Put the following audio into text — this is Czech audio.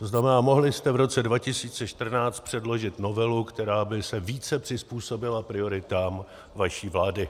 To znamená, mohli jste v roce 2014 předložit novelu, která by se více přizpůsobila prioritám vaší vlády.